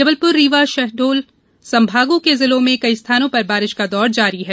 जबलपुर रीवा शहडोल संभागों के जिलों में कई स्थानों पर बारिश का दौर जारी है